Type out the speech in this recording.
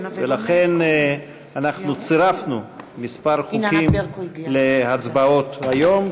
ולכן אנחנו צירפנו כמה חוקים להצבעות היום,